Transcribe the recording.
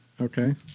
Okay